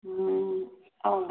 आं